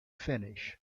finish